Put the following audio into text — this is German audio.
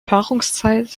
paarungszeit